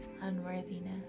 unworthiness